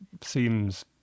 seems